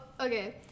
okay